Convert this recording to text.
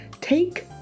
take